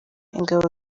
ingabo